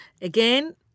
again